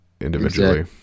individually